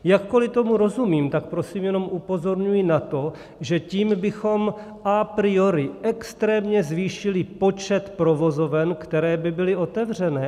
Jakkoli tomu rozumím, tak prosím jenom upozorňuji na to, že tím bychom a priori extrémně zvýšili počet provozoven, které by byly otevřené.